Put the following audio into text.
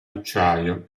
acciaio